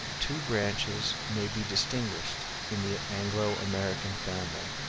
two branches may be distinguished in the anglo-american family,